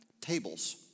tables